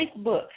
Facebook